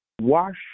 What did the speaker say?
Wash